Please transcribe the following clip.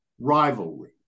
Rivalry